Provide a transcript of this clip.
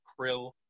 krill